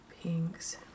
pinks